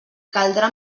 caldrà